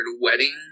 wedding